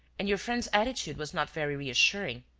and your friend's attitude was not very reassuring.